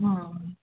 हां